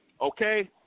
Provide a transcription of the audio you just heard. Okay